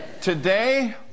Today